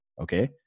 okay